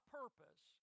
purpose